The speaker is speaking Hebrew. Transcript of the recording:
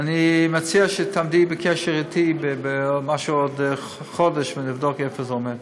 אני מציע שתעמדי בקשר איתי בעוד חודש ונבדוק איפה זה עומד.